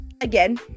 again